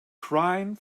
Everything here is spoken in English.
crying